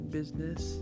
business